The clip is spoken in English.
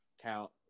count